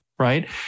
Right